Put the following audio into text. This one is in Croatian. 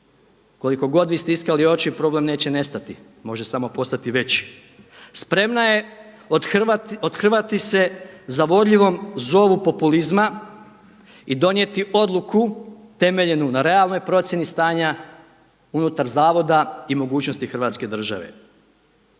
Koliko god vi stiskali oči problem neće nestati, može samo postati veći. Spremana je othrvati se zavodljivom zovu populizma i donijeti odluku temeljenu na realnoj procjeni stanja unutar zavoda i mogućnosti Hrvatske države.